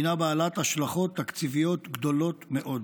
היא בעלת השלכות תקציביות גדולות מאוד.